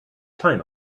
time